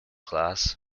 class